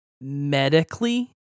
medically